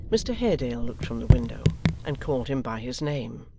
mr haredale looked from the window and called him by his name.